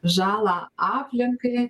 žalą aplinkai